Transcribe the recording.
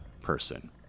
person